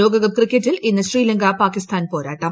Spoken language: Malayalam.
ലോകകപ്പ് ക്രിക്കറ്റിൽ ഇന്ന് ശ്രീലങ്ക പാകിസ്ഥാൻ പോരാട്ടം